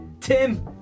Tim